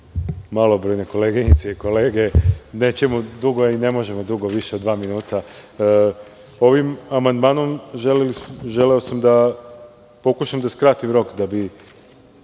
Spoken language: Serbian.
malobrojne koleginice i kolege, nećemo dugo, a i ne možemo dugo, više od dva minuta. Ovim amandmanom želeo sam da pokušam da skratim rok da bi